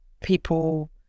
people